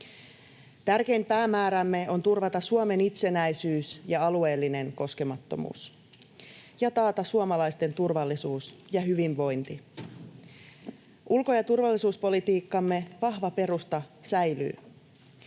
Tärkein päämäärämme on turvata Suomen itsenäisyys ja alueellinen koskemattomuus ja taata suomalaisten turvallisuus ja hyvinvointi. Ulko- ja turvallisuuspolitiikkamme vahva perusta säilyy: